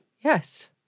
Yes